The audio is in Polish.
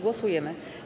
Głosujemy.